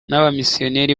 n’abamisiyonari